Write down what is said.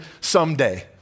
someday